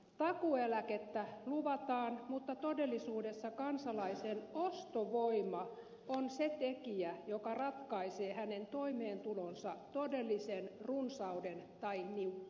takuueläkettä luvataan mutta todellisuudessa kansalaisen ostovoima on se tekijä joka ratkaisee hänen toimeentulonsa todellisen runsauden tai niukkuuden